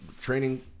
training